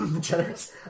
Generous